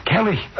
Kelly